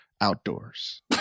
outdoors